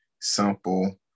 simple